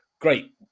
great